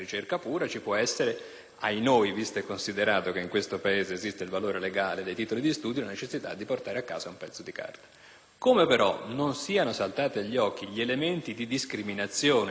essere, visto e considerato che in questo Paese - ahinoi! - esiste il valore legale dei titoli di studio, la necessità di portare a casa un pezzo di carta. Come però non siano saltati agli occhi gli elementi di discriminazione nei confronti di chi